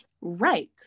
right